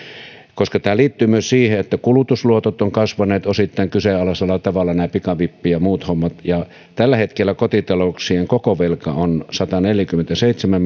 koska tämä liittyy myös siihen että kulutusluotot ovat kasvaneet osittain kyseenalaisella tavalla nämä pikavippi ja muut hommat tällä hetkellä kotitalouksien koko velka on sataneljäkymmentäseitsemän